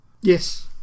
yes